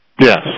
yes